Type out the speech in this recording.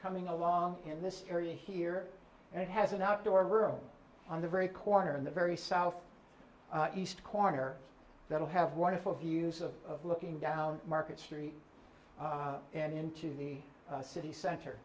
coming along in this area here and it has an outdoor room on the very corner in the very south east corner that will have wonderful views of looking down market street and into the city center